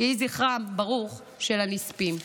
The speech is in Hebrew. יהי זכרם של הנספים ברוך.